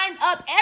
up